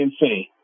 insane